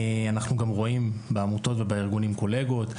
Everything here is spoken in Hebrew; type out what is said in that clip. אנחנו גם רואים בעמותות ובארגונים קולגות.